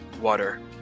Water